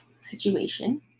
situation